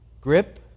grip